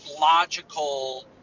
logical